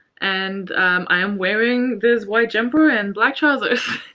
and i am wearing this white jumper and black trousers.